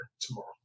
tomorrow